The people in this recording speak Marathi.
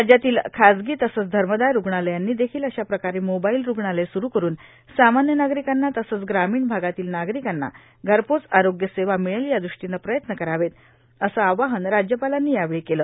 राज्यातील खासगी तसेच धर्मादाय रुग्णालयांनी देखील अशा प्रकारे मोबाईल रुग्णालय स्रु करुन सामान्य नागरिकांना तसेच ग्रामीण भागातील नागरिकांना घरपोच आरोग्य सेवा मिळेल या दृष्टीने प्रयत्न करावेत असे आवाहन राज्यपालांनी यावेळी केले